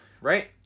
right